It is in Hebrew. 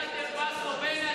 קיבלתם פרס נובל, תחזירו אותו.